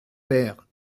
père